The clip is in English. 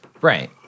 Right